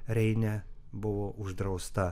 reine buvo uždrausta